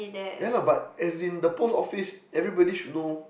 ya lah but as in the post office everybody should know